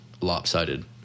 lopsided